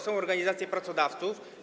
Są organizacje pracodawców.